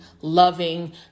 loving